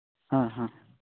ᱦᱮᱸ ᱦᱮᱸ